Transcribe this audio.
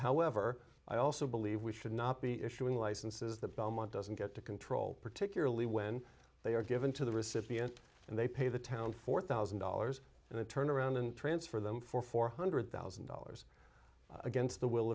however i also believe we should not be issuing licenses the belmont doesn't get to control particularly when they are given to the recipient and they pay the town four thousand dollars and then turn around and transfer them for four hundred thousand dollars against the will